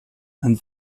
and